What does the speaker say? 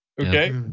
okay